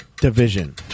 division